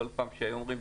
כל פעם כשהיו אומרים,